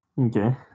okay